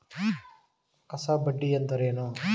CASA ಬಡ್ಡಿ ಎಂದರೇನು?